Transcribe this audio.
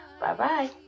Bye-bye